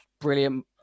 Brilliant